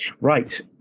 Right